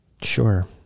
Sure